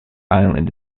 island